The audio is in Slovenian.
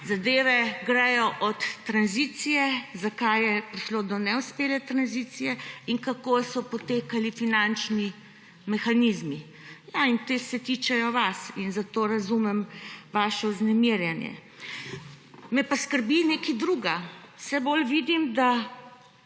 zadeve gredo od tranzicije, zakaj je prišlo do neuspele tranzicije in kako so potekali finančni mehanizmi. Ja, in ti se tičejo vas in zato razumem vaše vznemirjenje. Me pa skrbi nekaj drugega. Vse bolj vidim, da